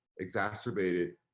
exacerbated